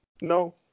No